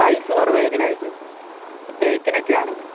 price കുറവ് ഏതിനായിരിക്കും ഇപ്പോൾ തേക്കിനൊക്കെയാണെങ്കിൽ